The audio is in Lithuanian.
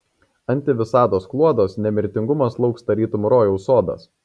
antivisatos kloduos nemirtingumas lauks tarytum rojaus sodas